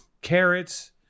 carrots